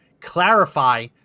clarify